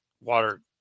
water